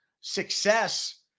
success